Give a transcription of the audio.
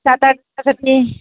सात आठ